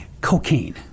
Cocaine